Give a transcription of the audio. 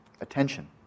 attention